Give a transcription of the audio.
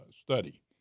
study